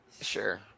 sure